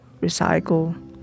recycle